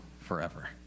forever